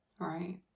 right